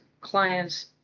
clients